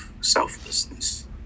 selflessness